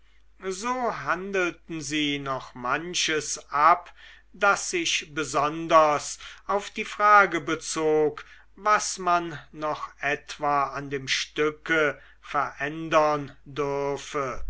so handelten sie noch manches ab das sich besonders auf die frage bezog was man noch etwa an dem stücke verändern dürfe